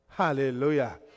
Hallelujah